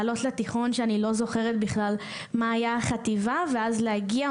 לעלות לתיכון כשאני לא זוכרת בכלל מה הייתה החטיבה ואז להגיע,